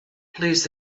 please